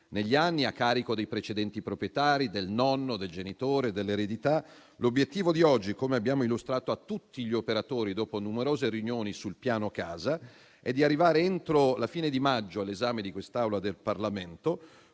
negli anni, a carico dei precedenti proprietari, del nonno, del genitore, dell'eredità. L'obiettivo di oggi, come abbiamo illustrato a tutti gli operatori, dopo numerose riunioni sul piano casa, è di arrivare entro la fine di maggio all'esame di quest'Aula del Parlamento